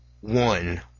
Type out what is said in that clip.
one